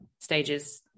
stages